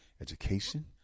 Education